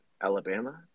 Alabama